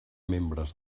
membres